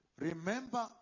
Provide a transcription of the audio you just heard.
remember